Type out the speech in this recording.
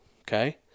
Okay